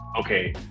okay